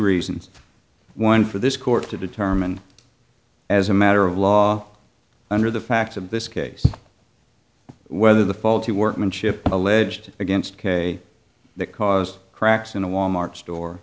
reasons one for this court to determine as a matter of law under the facts of this case whether the faulty workmanship alleged against kay that caused cracks in a wal mart